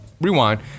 rewind